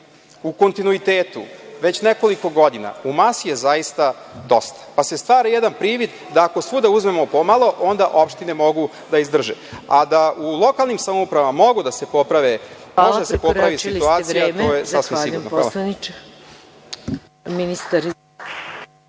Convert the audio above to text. u kontinuitetu već nekoliko godina u masi je zaista dosta, pa se stvara jedan privid da ako svuda uzmemo po malo onda opštine mogu da izdrže a da u lokalnim samoupravama mogu da se popravi situacija, to je sasvim sigurno.